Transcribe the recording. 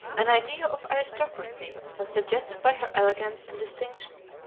an idea of aristocracy was suggested by her elegance and distinction,